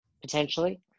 potentially